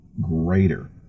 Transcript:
greater